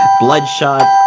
bloodshot